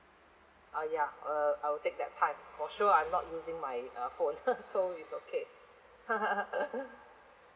uh ya uh I'll take that time for sure I'm not using my uh phone so it's okay